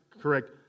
correct